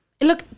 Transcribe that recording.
look